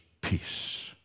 peace